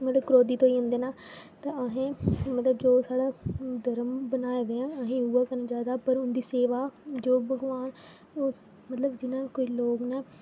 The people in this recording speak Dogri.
मतलब क्रोधित होई जंदे न तां आहे्ं मतलब जो साढ़ा धर्म बनाये दे आं आहे्ं उ'ऐ करना चाहि्दा पर उं'दी सेवा जो भगवान मतलब जि'यां कोई लोग न